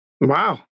Wow